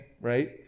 right